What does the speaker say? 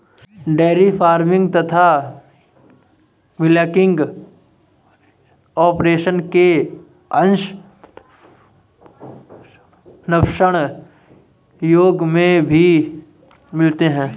dairy farming तथा milking operation के अंश नवपाषाण युग में भी मिलते हैं